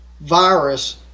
virus